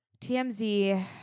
TMZ